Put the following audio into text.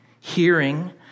hearing